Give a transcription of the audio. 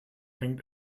hängt